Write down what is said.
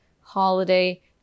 holiday